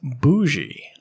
bougie